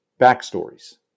backstories